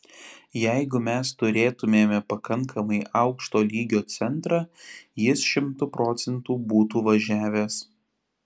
jeigu mes turėtumėme pakankamai aukšto lygio centrą jis šimtu procentų būtų važiavęs